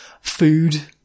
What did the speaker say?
food